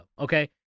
okay